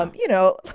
um you know,